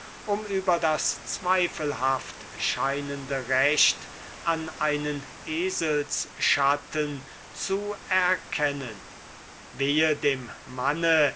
um über das zweifelhaft scheinende recht an einen eselsschatten zu erkennen wehe dem mann